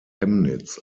chemnitz